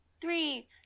Three